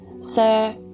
Sir